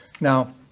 Now